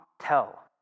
tell